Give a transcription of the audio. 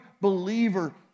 believer